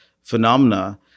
phenomena